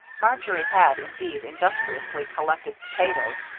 marjory had, indeed, industriously collected potatoes,